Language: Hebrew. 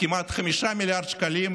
כמעט 5 מיליארד שקלים,